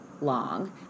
long